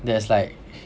that's like